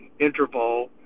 interval